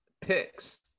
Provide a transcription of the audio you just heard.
picks